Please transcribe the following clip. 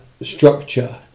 structure